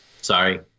Sorry